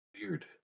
weird